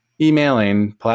emailing